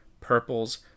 purples